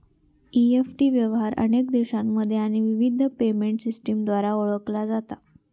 EFT व्यवहार अनेक देशांमध्ये आणि विविध पेमेंट सिस्टमद्वारा ओळखला जाता